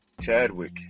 Chadwick